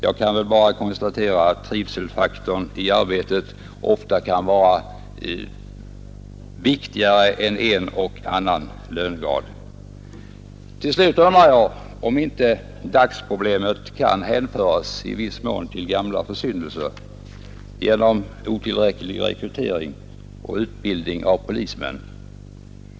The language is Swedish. Jag kan bara konstatera att trivseln i arbetet ofta kan vara viktigare än en och annan lönegrad. Till slut undrar jag om inte dagsproblemet i viss mån kan hänföras till gamla försyndelser i form av otillräcklig rekrytering och utbildning av polismän.